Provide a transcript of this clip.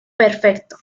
perfecto